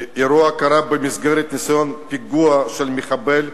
האירוע קרה במסגרת ניסיון פיגוע של מחבל,